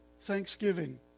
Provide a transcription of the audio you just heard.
thanksgiving